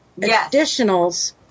additionals